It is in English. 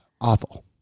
Awful